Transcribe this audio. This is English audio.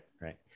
Right